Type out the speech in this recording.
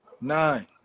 nine